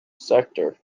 sector